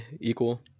equal